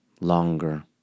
longer